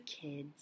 kids